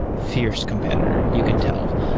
fi erce competitor. you could tell.